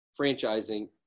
franchising